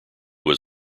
was